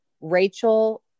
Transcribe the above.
Rachel